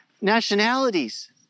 nationalities